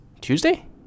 tuesday